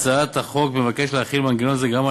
הצעת החוק מבקשת להחיל מנגנון זה גם על